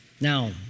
Now